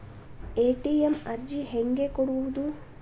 ATM ಅರ್ಜಿ ಹೆಂಗೆ ಕೊಡುವುದು?